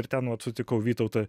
ir ten vat sutikau vytautą